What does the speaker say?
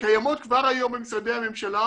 שקיימות כבר היום במשרדי הממשלה